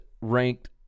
ranked